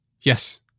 Yes